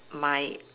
my